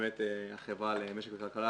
באמת החברה למשק וכלכלה,